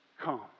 come